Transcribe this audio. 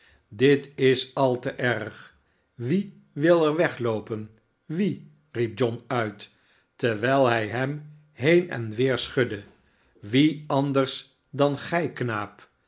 idit is al te erg wie wil er wegloopen wie riep john uit terwijl hij hem heen en weer schudde wie anders dan gij knaap